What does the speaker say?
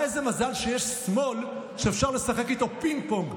איזה מזל שיש שמאל שאפשר לשחק איתו פינג-פונג,